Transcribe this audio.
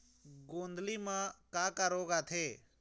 गोंदली म का का रोग आथे?